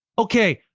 okay.